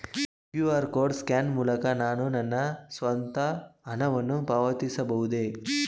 QR code scan ಮೂಲಕ ನಾನು ನನ್ನ ಸ್ವಂತ ಹಣವನ್ನು ಪಾವತಿಸಬಹುದೇ?